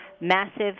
massive